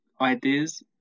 ideas